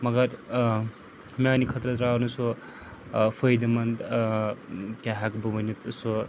مگر میٛانہِ خٲطرٕ درٛاو نہٕ سُہ فٲیدٕ مَنٛد کیٛاہ ہٮ۪کہٕ بہٕ ؤنِتھ سُہ